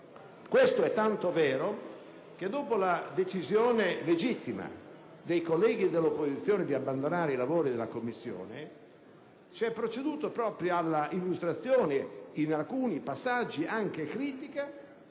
Questo è tanto vero che, dopo la decisione legittima dei colleghi dell'opposizione di abbandonare i lavori della Commissione, si è proceduto all'illustrazione - in alcuni passaggi anche critica